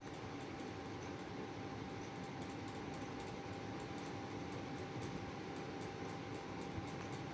वरील कर्जपुरवठ्यास विमा संरक्षण असते का?